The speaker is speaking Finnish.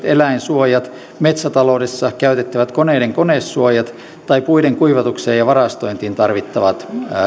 eläinsuojat metsätaloudessa käytettävät koneiden konesuojat tai puiden kuivatukseen ja varastointiin tarvittavat